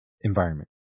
environment